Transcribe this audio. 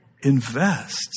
invest